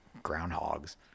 groundhogs